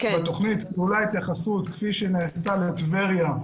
בתוכנית כלולה התייחסות כפי שנעשתה לטבריה.